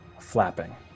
flapping